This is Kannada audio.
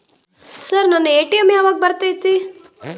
ಸರ್ ನನ್ನ ಎ.ಟಿ.ಎಂ ಯಾವಾಗ ಬರತೈತಿ?